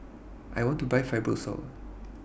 I want to Buy Fibrosol